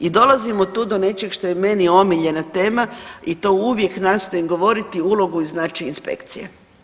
I dolazimo tu do nečeg što je meni omiljena tema i to uvijek nastojim govoriti, ulogu i značaj inspekcije.